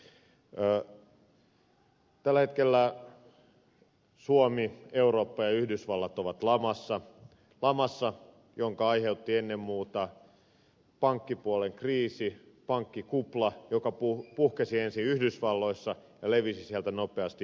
tällä hetkellä suomi eurooppa ja yhdysvallat ovat lamassa jonka aiheutti ennen muuta pankkipuolen kriisi pankkikupla joka puhkesi ensin yhdysvalloissa ja levisi sieltä nopeasti eurooppaan